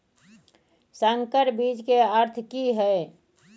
संकर बीज के अर्थ की हैय?